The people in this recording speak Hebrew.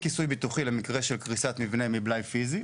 נושא נוסף אי-כיסוי ביטוחי למקרה של קריסת מבנה מבלאי פיזי.